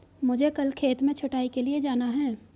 मुझे कल खेत में छटाई के लिए जाना है